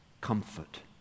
comfort